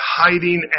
hiding